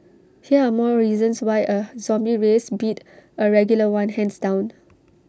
here are more reasons why A zombie race beat A regular one hands down